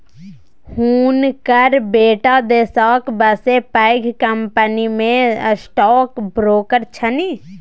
हुनकर बेटा देशक बसे पैघ कंपनीमे स्टॉक ब्रोकर छनि